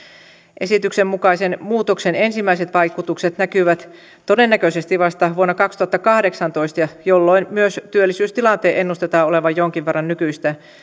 esityksen mukaisen muutoksen ensimmäiset vaikutukset näkyvät todennäköisesti vasta vuonna kaksituhattakahdeksantoista jolloin myös työllisyystilanteen ennustetaan olevan jonkin verran nykyistä